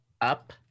up